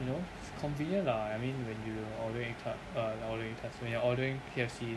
you know it's convenient lah I mean when you order egg tart err order egg tarts when you're ordering K_F_C